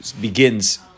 begins